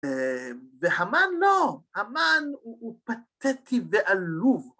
‫והמן לא. המן הוא פתטי ועלוב.